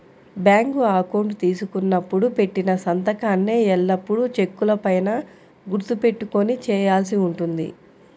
bank account తీసుకున్నప్పుడు పెట్టిన సంతకాన్నే ఎల్లప్పుడూ చెక్కుల పైన గుర్తు పెట్టుకొని చేయాల్సి ఉంటుంది